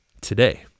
today